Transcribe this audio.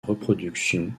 reproduction